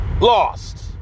lost